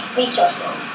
resources